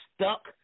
stuck